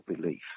belief